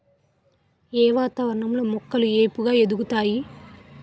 ఏ వాతావరణం లో మొక్కలు ఏపుగ ఎదుగుతాయి?